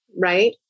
Right